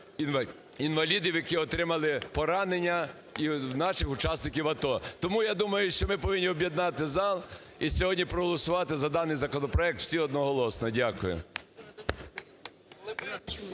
інвалідів, які отримали поранення, і наших учасників АТО. Тому я думаю, що ми повинні об'єднати зал і сьогодні проголосувати за даний законопроект всі одноголосно. Дякую,